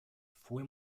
fue